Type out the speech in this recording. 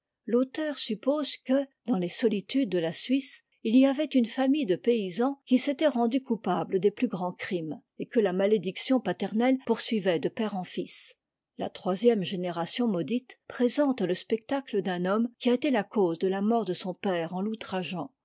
l'auteur suppose que dans les solitudes de la suisse il y avait une famille de paysans qui s'était rendue coupable des plus grands crimes et que la malédiction paternelle poursuivait de père en fils la troisième génération maudite présente le spectacle d'un homme qui a été la cause de la mort de son père